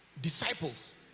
Disciples